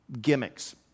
gimmicks